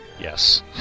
yes